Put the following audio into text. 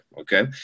Okay